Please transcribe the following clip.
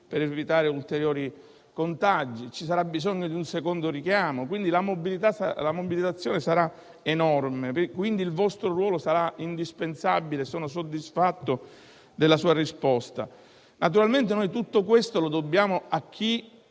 per evitare ulteriori contagi; ci sarà poi bisogno di un secondo richiamo. Quindi, la mobilitazione sarà enorme e il vostro ruolo sarà indispensabile. Sono pertanto soddisfatto della sua risposta. Naturalmente tutto questo lo dobbiamo a chi